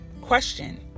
question